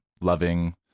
loving